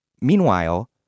Meanwhile